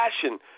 passion